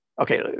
Okay